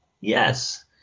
Yes